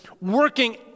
working